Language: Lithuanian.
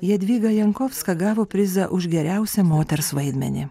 jadvyga jankovska gavo prizą už geriausią moters vaidmenį